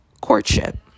courtship